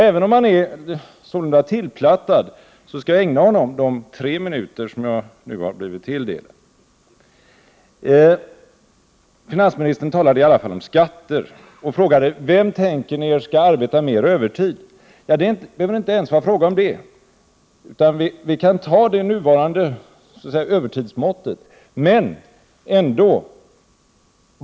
Även om han sålunda är tillplattad, skall jag ägna honom de tre minuter som jag nu har blivit tilldelad. Finansministern talade i alla fall om skatter och frågade: Vem tänker ni er skall arbeta mer övertid? Det behöver inte alls vara fråga om det. Vi kan ta det nuvarande övertidsmåttet som exempel.